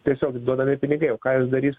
tiesiog duodami pinigai o ką jos darys